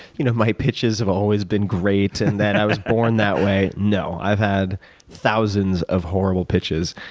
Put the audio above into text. you know my pitches have always been great and that i was born that way. no. i've had thousands of horrible pitches,